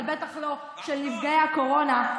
אבל בטח לא של נפגעי הקורונה,